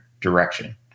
direction